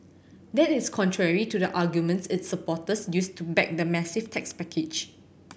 that is contrary to the arguments its supporters used to back the massive tax package